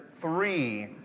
three